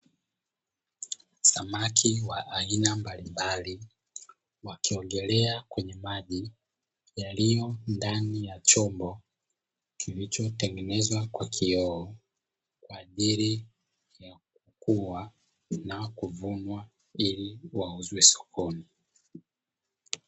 Samaki wa aina mbalimbali wakiogelea kwenye maji yaliyo ndani ya chombo kilichotengenezwa kwa vioo, kwa ajili ya kukua na kuvunwa ili wauzwe sokoni.